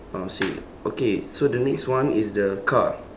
ah same okay so the next one is the car